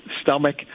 stomach